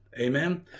amen